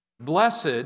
Blessed